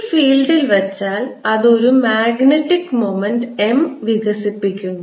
ഈ ഫീൽഡിൽ വെച്ചാൽ അത് ഒരു മാഗ്നറ്റിക് മൊമെന്റ് M വികസിപ്പിക്കുന്നു